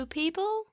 people